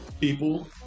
people